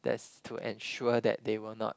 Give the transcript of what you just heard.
that is to ensure that they will not